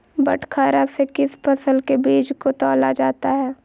बटखरा से किस फसल के बीज को तौला जाता है?